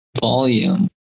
volume